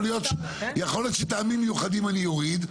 יכול להיות שטעמים מיוחדים אני אוריד,